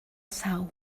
sau